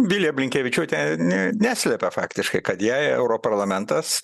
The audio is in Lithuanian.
vilija blinkevičiūtė n neslepia faktiškai kad jai europarlamentas